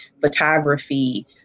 photography